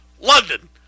london